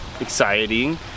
exciting